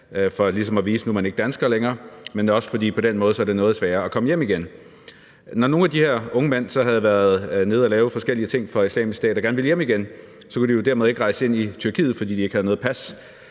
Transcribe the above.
for ligesom at vise, at nu er man ikke dansker længere, men også fordi det på den måde er noget sværere at komme hjem igen. Når nogle af de her unge mænd så havde været nede og lave forskellige ting for Islamisk Stat og gerne ville hjem igen, kunne de jo dermed ikke rejse ind i Tyrkiet, fordi de ikke havde noget pas,